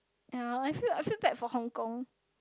ya I feel I feel bad for Hong-Kong